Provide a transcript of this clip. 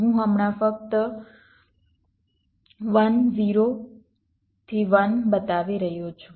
હું હમણાં ફક્ત 1 0 થી 1 બતાવી રહ્યો છું